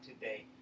today